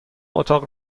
اتاق